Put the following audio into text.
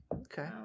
okay